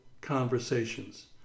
conversations